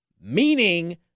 meaning